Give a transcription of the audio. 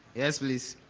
yes, please.